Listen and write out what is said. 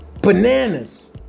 bananas